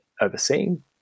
overseeing